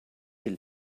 hill